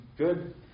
Good